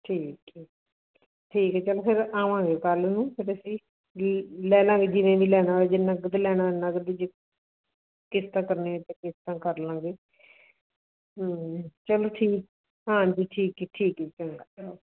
ਠੀਕ ਹੈ ਠੀਕ ਹੈ ਚਲੋ ਫਿਰ ਆਵਾਂਗੇ ਕੱਲ੍ਹ ਨੂੰ ਫਿਰ ਅਸੀਂ ਲੀ ਲੈ ਲਾਂਗੇ ਜਿਵੇਂ ਵੀ ਲੈਣਾ ਹੋਇਆ ਜਿੰਨਾ ਕੁ ਤੇ ਲੈਣਾ ਹੋਇਆਂ ਉਨਾਂ ਕੁ ਵੀ ਜੇ ਕਿਸ਼ਤਾਂ ਕਰਨੀਆਂ ਤਾਂ ਕਿਸ਼ਤਾਂ ਕਰ ਲਾਂਗੇ ਹਾਂ ਚਲੋ ਠੀਕ ਹਾਂਜੀ ਠੀਕ ਹੈ ਠੀਕ ਹੈ ਚੰਗਾ ਓਕੇ